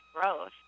growth